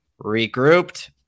regrouped